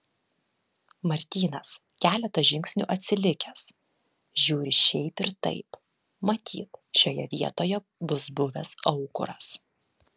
martynas keletą žingsnių atsilikęs žiūri šiaip ir taip matyt šioje vietoje bus buvęs aukuras